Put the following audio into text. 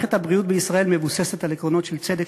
מערכת הבריאות בישראל מבוססת על עקרונות של צדק,